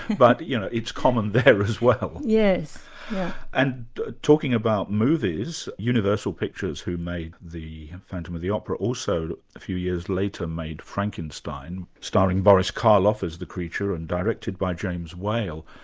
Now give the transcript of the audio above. but you know it's common there as well. and talking about movies, universal pictures, who made the phantom of the opera, also a few years later made frankenstein, starring boris karloff as the creature and directed by james whale.